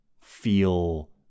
feel